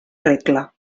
regla